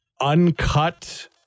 uncut